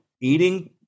eating